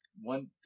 One